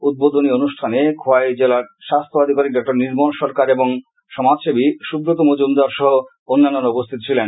উদ্বোধনী অনুষ্ঠানে খোয়াই জেলার স্বাস্থ্য আধিকারিক ডা নির্মল সরকার এবং সমাজসেবী সুব্রত মজুমদার সহ অন্যান্যরা উপস্হিত ছিলেন